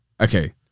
okay